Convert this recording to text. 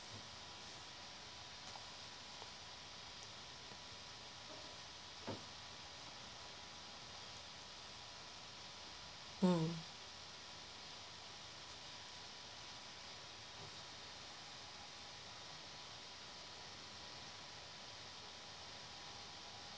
mm